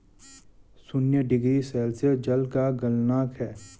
शून्य degree Celsius जल का गलनांक है